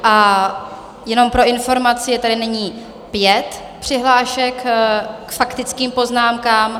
A jenom pro informaci, je tady nyní pět přihlášek k faktickým poznámkám.